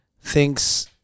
thinks